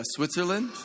Switzerland